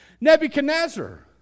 Nebuchadnezzar